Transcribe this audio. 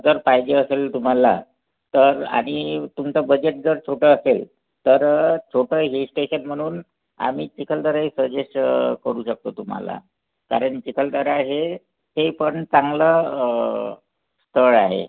जर पाहिजे असेल तुम्हाला तर आणि तुमचं बजेट जर छोटं असेल तर छोटं हिल स्टेशन म्हणून आम्ही चिखलदरा हे सजेस्ट करू शकतो तुम्हाला कारण चिखलदरा हे ते पण चांगलं स्थळ आहे